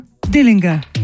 Dillinger